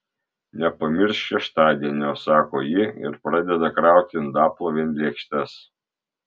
nepamiršk šeštadienio sako ji ir pradeda krauti indaplovėn lėkštes